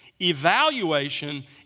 Evaluation